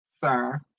sir